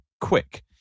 quick